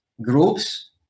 groups